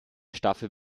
staffel